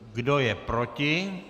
Kdo je proti?